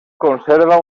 conserva